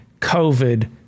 covid